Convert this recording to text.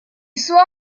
suo